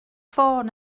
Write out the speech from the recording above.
ffôn